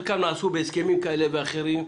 חלקם נעשו בהסכמים כאלה ואחרים,